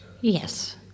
Yes